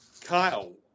Kyle